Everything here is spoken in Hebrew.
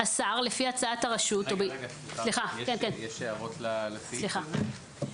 יש הערות לסעיף הזה?